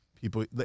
People